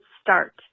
start